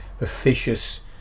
officious